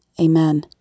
Amen